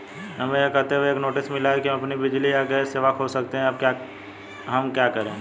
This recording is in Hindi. हमें यह कहते हुए एक नोटिस मिला कि हम अपनी बिजली या गैस सेवा खो सकते हैं अब हम क्या करें?